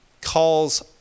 calls